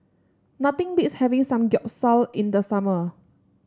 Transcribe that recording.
nothing beats having Samgeyopsal in the summer